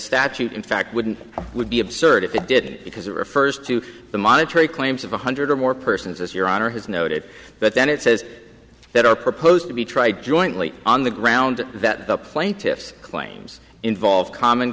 statute in fact wouldn't would be absurd if it did because it refers to the monetary claims of one hundred or more persons as your honor has noted but then it says that are proposed to be tried jointly on the ground that the plaintiff's claims involve common